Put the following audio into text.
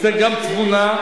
צריך גם תבונה,